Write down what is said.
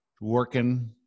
working